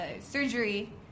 surgery